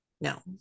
No